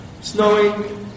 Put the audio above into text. snowing